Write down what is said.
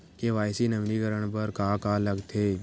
KYC नवीनीकरण बर का का लगथे?